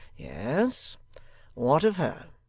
yes what of her